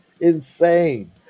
insane